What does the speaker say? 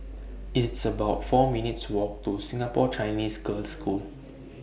It's about four minutes' Walk to Singapore Chinese Girls' School